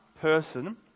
person